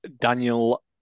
Daniel